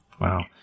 wow